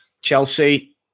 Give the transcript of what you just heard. Chelsea